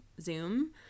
Zoom